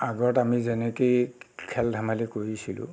আগত আমি যেনেকৈ খেল ধেমালি কৰিছিলোঁ